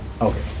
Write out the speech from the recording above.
Okay